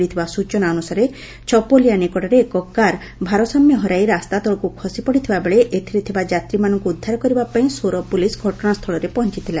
ମିଳିଥିବା ସୂଚନା ଅନୁସାରେ ଛପୋଲିଆ ନିକଟରେ ଏକ କାର୍ ଭାରସାମ୍ୟ ହରାଇ ରାସ୍ତା ତଳକୁ ଖସି ପଡିଥିବାବେଳେ ଏଥିରେ ଥିବା ଯାତ୍ରୀମାନଙ୍ଙୁ ଉଦ୍ଧାର କରିବା ପାଇଁ ସୋର ପୁଲିସ ଘଟଣାସ୍ଚଳରେ ପହଞ୍ଅଥିଲା